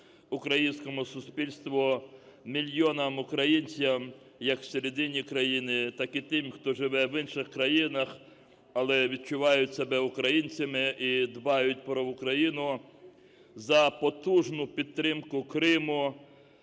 українському суспільству, мільйонам українцям, як в середині країни, так і тим, хто живе в інших країнах, але відчувають себе українцями і дбають про Україну, за потужну підтримку Криму,